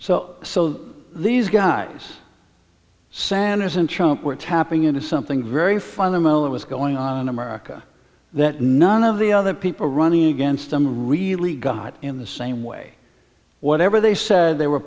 so so these guys sanders in china were tapping into something very fundamental that was going on in america that none of the other people running against him really got in the same way whatever they said they were